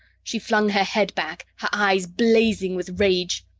she flung her head back, her eyes blazing with rage.